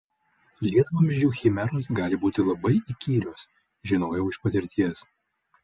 lietvamzdžių chimeros gali būti labai įkyrios žinojau iš patirties